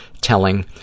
telling